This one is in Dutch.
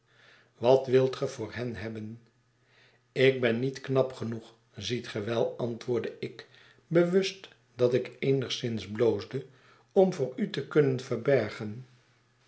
wat wilt ge voor hen hebben ik ben niet knap genoeg ziet ge wel antwoordde ik bewust dat ik eenigszins bloosde om voor u te kunnen verbergen